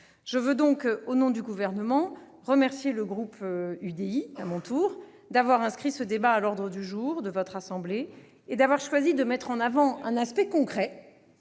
pourquoi, au nom du Gouvernement, je veux remercier le groupe de l'UDI-UC d'avoir inscrit ce débat à l'ordre du jour de votre assemblée et d'avoir choisi de mettre en avant un aspect concret,